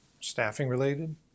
staffing-related